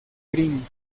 green